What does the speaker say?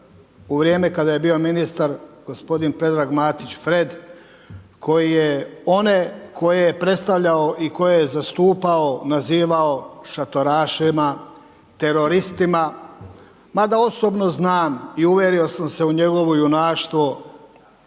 u vrijeme kada je bio ministar gospodin Predrag Matić Fred koji je one koje je predstavljao i koje je zastupao nazivao šatorašima, teroristima. Mada osobno znam i uvjerio sam se u njegovo junaštvo